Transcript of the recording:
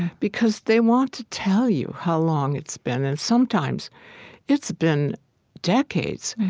because they want to tell you how long it's been, and sometimes it's been decades.